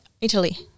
italy